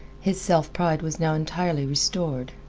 his self-pride was now entirely restored.